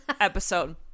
episode